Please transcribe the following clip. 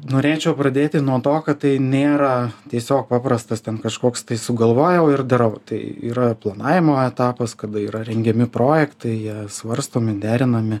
norėčiau pradėti nuo to kad tai nėra tiesiog paprastas ten kažkoks tai sugalvojau ir darau tai yra planavimo etapas kada yra rengiami projektai jie svarstomi derinami